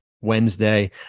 Wednesday